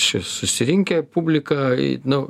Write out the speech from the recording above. čia susirinkę publika į nu